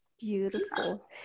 Beautiful